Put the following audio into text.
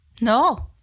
No